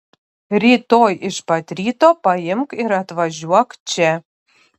rytoj iš pat ryto paimk ir atvažiuok čia